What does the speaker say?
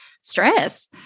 stress